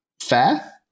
fair